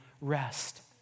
rest